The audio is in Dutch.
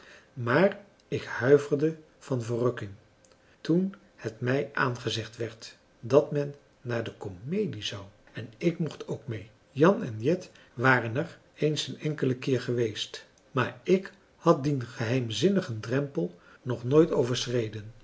maar ik huiverde van verrukking toen het mij aangezegd werd dat men naar de komedie zou en ik mocht ook mee jan en jet waren er we eens een enkelen keer geweest maar ik had dien geheimzinnigen drempel nog nooit overschreden